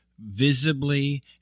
Visibly